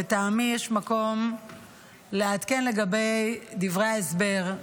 לטעמי יש מקום לעדכן לגבי דברי ההסבר,